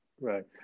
Right